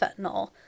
fentanyl